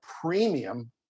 premium